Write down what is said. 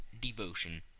devotion